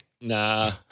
Nah